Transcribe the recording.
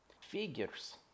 Figures